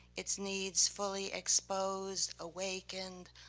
its needs fully exposed, awakened,